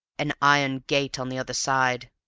an iron gate on the other side!